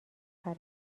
اخر